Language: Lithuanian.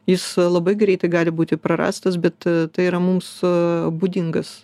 jis labai greitai gali būti prarastas bet tai yra mums būdingas